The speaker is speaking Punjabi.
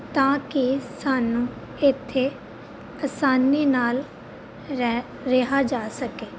ਤਾਂ ਕਿ ਸਾਨੂੰ ਇੱਥੇ ਆਸਾਨੀ ਨਾਲ ਰੈ ਰਿਹਾ ਜਾ ਸਕੇ